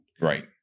Right